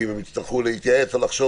כי אם הם יצטרכו להתייעץ או לחשוב,